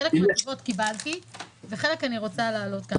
חלק מהתשובות קיבלתי וחלק אני רוצה להעלות כאן.